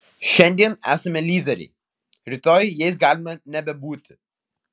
šiandien esame lyderiai rytoj jais galime nebebūti